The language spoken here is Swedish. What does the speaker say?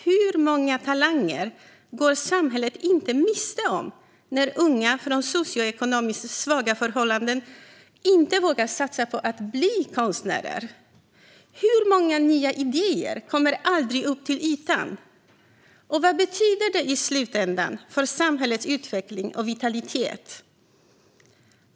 Hur många talanger går samhället inte miste om när unga från socioekonomiskt svaga förhållanden inte vågar satsa på att bli konstnärer? Hur många nya idéer kommer aldrig upp till ytan? Och vad betyder det i slutändan för samhällets utveckling och vitalitet?